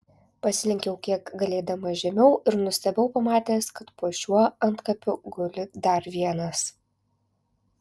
pasilenkiau kiek galėdamas žemiau ir nustebau pamatęs kad po šiuo antkapiu guli dar vienas